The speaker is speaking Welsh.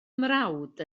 mrawd